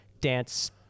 dance